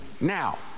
Now